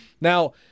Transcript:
Now